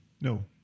No